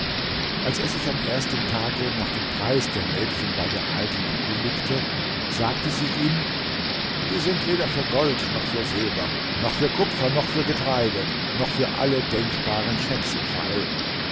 als er sich am ersten tage nach dem preis der mädchen bei der alten erkundigte sagte sie ihm die sind weder für gold noch für silber noch für kupfer noch für getreide noch für alle denkbaren schätze feil